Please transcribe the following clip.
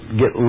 get